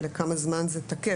ולכמה זמן זה תקף?